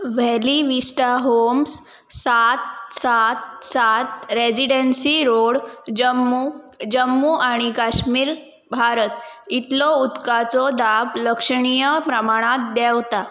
valley vista homes सात सात सात रेजिडेन्सी रोड जम्मू जम्मू आनी काश्मीर भारत इतलो उदकाचो दाब लक्षणीय प्रमाणांत देंवता